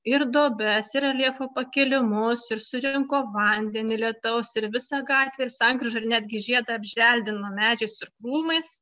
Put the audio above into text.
ir duobes ir reljefo pakilimus ir surinko vandenį lietaus ir visą gatvę ir sankryžą ir netgi žiedą apželdino medžiais ir krūmais